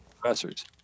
professors